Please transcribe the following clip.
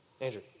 Andrew